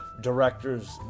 directors